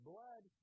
Blood